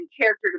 character